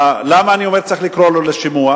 למה אני אומר שצריך לקרוא לו לשימוע?